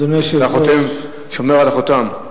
אדוני היושב-ראש, אתה שומר על החותם.